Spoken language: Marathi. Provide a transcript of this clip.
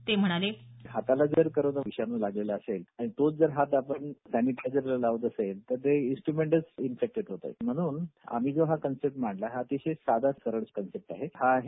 ते म्हणाले हाताला जर कोरोना विषाणू लागलेला असेल आणि तोच हात आपण सॅनिटायझर लावत असेल तर ते इंस्ट्रमेंटल इन्फेक्शन होतात म्हणून आम्ही हा कन्सेप्ट मांडला अतिशय साधा सरळ आहे